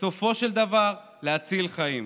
ובסופו של דבר להציל חיים,